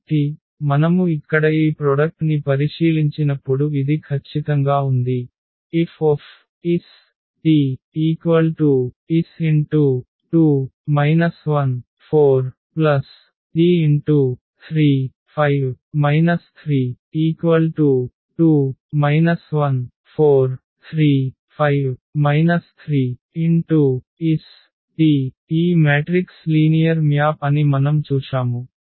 కాబట్టి మనము ఇక్కడ ఈ product ని పరిశీలించినప్పుడు ఇది ఖచ్చితంగా ఉంది Fsts2 1 4 t3 5 3 2 1 4 3 5 3 s t ఈ మ్యాట్రిక్స్ లీనియర్ మ్యాప్ అని మనం చూశాము